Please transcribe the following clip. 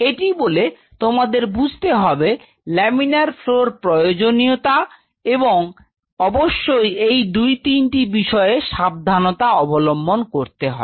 এটি বলে তোমাদের বুঝতে হবে লামিনার ফ্লও প্রয়োজন এবং অবশ্যই এই দু তিনটি বিষয়ে সাবধানতা অবলম্বন করবে